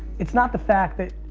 it's not the fact that,